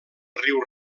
riu